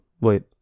wait